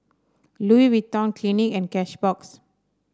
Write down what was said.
Louis Vuitton Clinique and Cashbox